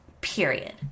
period